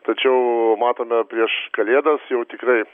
tačiau matome prieš kalėdas jau tikrai